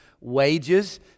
wages